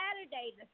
Saturday